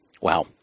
Wow